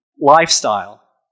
lifestyle